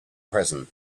present